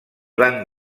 van